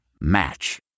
Match